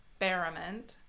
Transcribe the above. Experiment